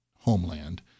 homeland